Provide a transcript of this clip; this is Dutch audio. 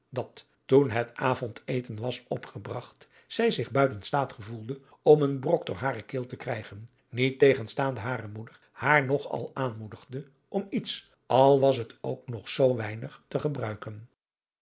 dat toen het avondeten was opgebragt zij zich buiten staat gevoelde om een brok door hare keel te krijgen niettegenstaande hare moeder haar nog al aanmoedigde om iets al was het ook nog zoo weinig te gebruiken